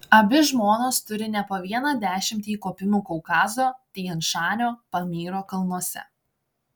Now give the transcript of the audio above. abi žmonos turi ne po vieną dešimtį įkopimų kaukazo tian šanio pamyro kalnuose